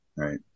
Right